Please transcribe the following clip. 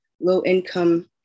low-income